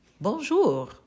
Bonjour